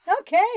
Okay